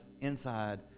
inside